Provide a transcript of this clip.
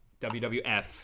WWF